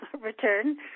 return